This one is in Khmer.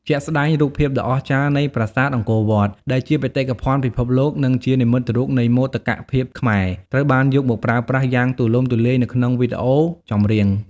ជាក់ស្តែង រូបភាពដ៏អស្ចារ្យនៃប្រាសាទអង្គរវត្ត ដែលជាបេតិកភណ្ឌពិភពលោក និងជានិមិត្តរូបនៃមោទកភាពខ្មែរ ត្រូវបានយកមកប្រើប្រាស់យ៉ាងទូលំទូលាយនៅក្នុងវីដេអូចម្រៀង។